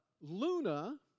Luna